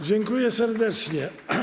Dziękuję serdecznie.